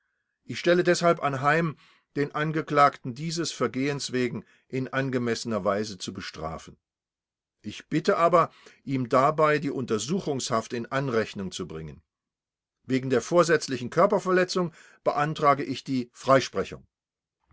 ich stelle deshalb anheim den angeklagten dieses vergehens wegen in angemessener weise zu bestrafen ich bitte aber ihm dabei die untersuchungshaft in anrechnung zu bringen wegen der vorsätzlichen körperverletzung beantrage ich die freisprechung